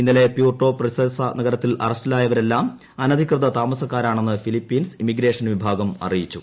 ഇന്നലെ Puerto Princesa നഗരത്തിൽ അറസ്റ്റിലായവരെല്ലാം അനധികൃത താമസക്കാരാണെന്ന് ഫിലിപ്പീൻസ് ഇമിഗ്രേഷൻ വിഭാഗം അറിയിച്ചു